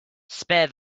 spare